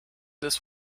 this